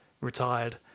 retired